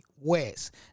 West